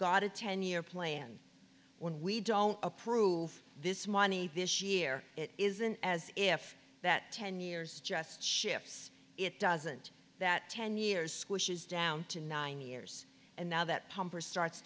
got a ten year plan when we don't approve this money this year it isn't as if that ten years just shifts it doesn't that ten years squishes down to nine years and now that pumper starts